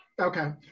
Okay